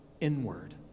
inward